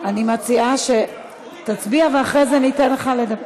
אני מציעה שתצביע ואחרי זה אתן לך לדבר.